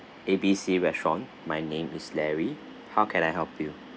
A B C restaurant my name is larry how can I help you